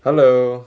hello